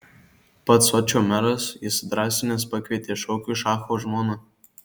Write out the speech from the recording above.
pats sočio meras įsidrąsinęs pakvietė šokiui šacho žmoną